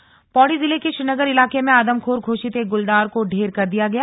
आदमखोर गुलदार पौड़ी जिले के श्रीनगर इलाके में आदमखोर घोषित एक गुलदार को ढेर कर दिया गया है